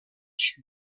sûr